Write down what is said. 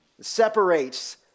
Separates